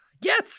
Yes